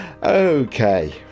okay